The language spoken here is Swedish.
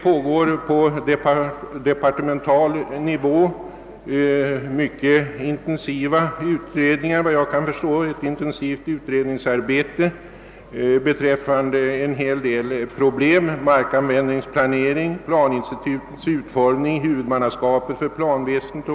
På departemental nivå pågår tydligen ett mycket intensivt utredningsarbete t.ex. i fråga om markanvändningsplanering, planinstitutens utformning, huvudmannaskapet för planväsendet o. s. v.